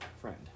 friend